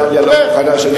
דליה, דקה.